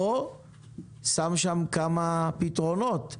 או שם כמה פתרונות?